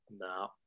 No